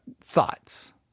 thoughts